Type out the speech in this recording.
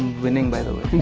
winning by the way!